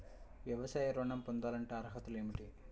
వ్యవసాయ ఋణం పొందాలంటే అర్హతలు ఏమిటి?